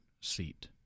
seat